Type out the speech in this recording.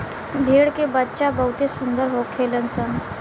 भेड़ के बच्चा बहुते सुंदर होखेल सन